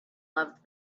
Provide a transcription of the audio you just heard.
loved